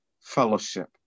fellowship